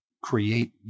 create